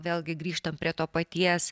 vėlgi grįžtam prie to paties